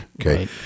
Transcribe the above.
okay